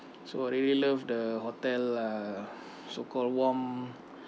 so really love the hotel uh so called warm